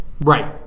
Right